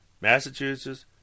Massachusetts